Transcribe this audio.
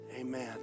Amen